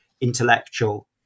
intellectual